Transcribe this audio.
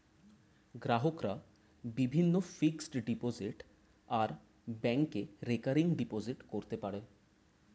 গ্রাহকরা বিভিন্ন fixed deposit আর ব্যাংকে রেকারিং ডিপোজিট করতে পারে